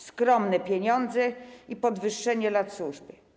Skromne pieniądze i podwyższenie lat służby.